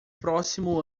próximo